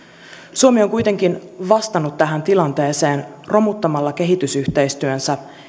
suomi on kuitenkin vastannut tähän tilanteeseen romuttamalla kehitysyhteistyönsä